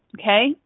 okay